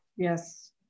Yes